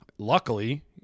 Luckily